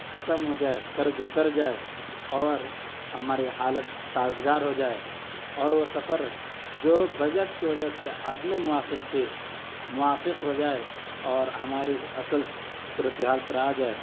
ختم ہو جائے قرض اتر جائے اور ہماری حالت سازگار ہو جائے اور وہ سفر جو بجٹ کی وجہ سے عدمِ موافق تھی موافق ہو جائے اور ہماری اصل صورتِ حال پر آ جائے